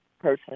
person